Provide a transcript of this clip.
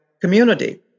community